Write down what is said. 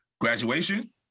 Graduation